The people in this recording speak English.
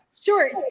Sure